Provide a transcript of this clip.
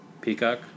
Peacock